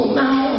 now